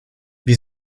wir